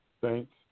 Thanks